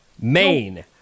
Maine